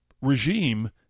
regime